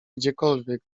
gdziekolwiek